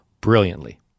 brilliantly